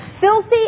filthy